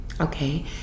Okay